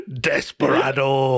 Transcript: Desperado